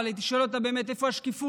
אבל הייתי שואל אותה איפה השקיפות.